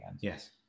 Yes